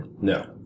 No